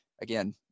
Again